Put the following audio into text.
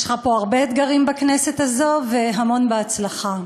יש לך פה הרבה אתגרים, בכנסת הזאת, והמון הצלחה.